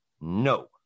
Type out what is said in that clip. no